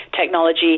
technology